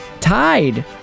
Tide